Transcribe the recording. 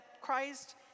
Christ